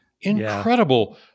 incredible